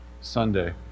Sunday